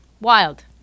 wild